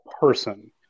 person